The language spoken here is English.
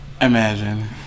Imagine